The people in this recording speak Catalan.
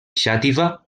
xàtiva